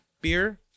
beer